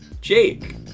Jake